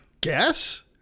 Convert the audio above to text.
guess